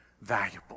valuable